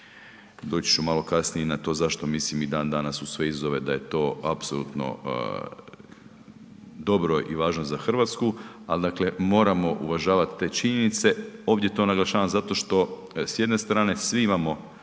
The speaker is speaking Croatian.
doći ću malo kasnije i na to zašto mislim i dan danas uz sve izazove da je to apsolutno dobro i važno za Hrvatsku, ali dakle moramo uvažavati te činjenice. Ovdje to naglašavam da zato što s jedne strane svi imamo